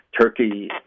Turkey